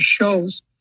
shows